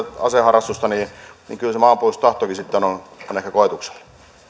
aseharrastusta niin kyllä se maanpuolustustahtokin sitten on ehkä koetuksella